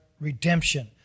redemption